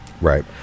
right